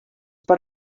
per